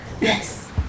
Yes